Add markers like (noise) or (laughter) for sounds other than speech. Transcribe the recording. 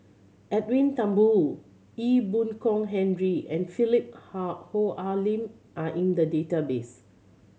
Edwin Thumboo Ee Boon Kong Henry and Philip (unintelligible) Hoalim are in the database